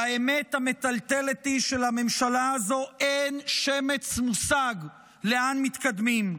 והאמת המטלטלת היא שלממשלה הזו אין שמץ של מושג לאן מתקדמים.